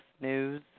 News